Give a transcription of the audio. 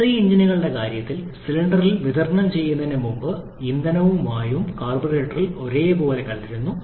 SI എഞ്ചിനുകളുടെ കാര്യത്തിൽ സിലിണ്ടറിന് വിതരണം ചെയ്യുന്നതിന് മുമ്പ് ഇന്ധനവും വായുവും കാർബ്യൂറേറ്ററിൽ ഒരേപോലെ കലരുന്നു